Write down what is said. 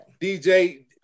DJ